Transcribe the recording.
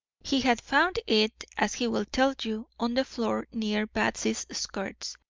he had found it, as he will tell you, on the floor near batsy's skirts,